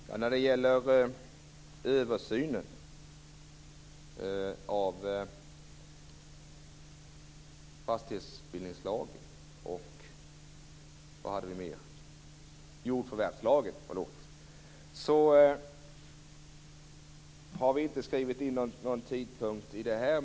Herr talman! När det gäller översynen av fastighetsbildningslagen och jordförvärvslagen har vi inte angett någon tidpunkt.